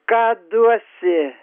ką duosi